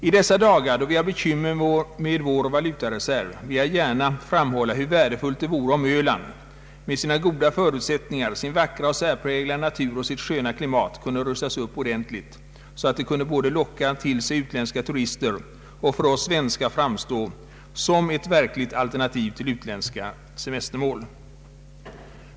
I dessa dagar, då vi har bekymmer med vår valutareserv, vill jag gärna framhålla hur värdefullt det vore om Öland med sina goda förutsättningar, med sin vackra och särpräglade natur och sitt sköna klimat kunde rustas upp ordentligt, så att det både kunde locka till sig utländska turister och för oss svenskar framstå som ett verkligt alternativ till utländska semestermål.